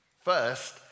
first